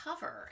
cover